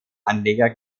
anleger